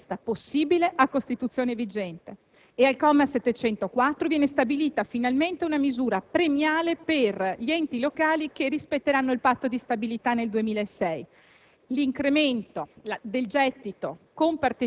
un'innovazione in senso autenticamente federalista, possibile a Costituzione vigente. Al comma 704 viene stabilita finalmente una misura premiale per gli enti locali che rispetteranno il Patto di stabilità nel 2006.